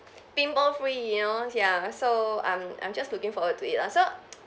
pimple free you know ya so I'm I'm just looking forward to it lah so